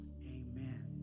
amen